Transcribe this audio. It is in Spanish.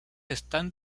están